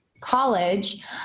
college